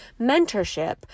mentorship